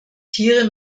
tiere